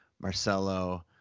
Marcelo